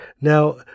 Now